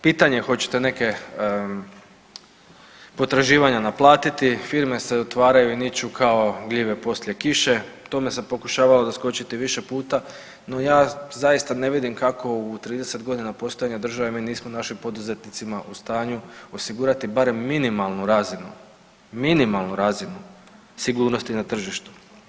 Pitanje hoćete neka potraživanja naplatiti, firme se otvaraju i niču kao gljive poslije kiše, tome se pokušavalo doskočiti više puta, no ja zaista ne vidim kako u 30 godina postojanja države mi nismo našim poduzetnicima u stanju osigurati barem minimalnu razinu, minimalnu razinu sigurnosti na tržištu.